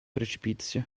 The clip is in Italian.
precipizio